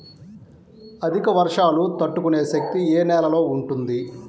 అధిక వర్షాలు తట్టుకునే శక్తి ఏ నేలలో ఉంటుంది?